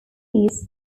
peace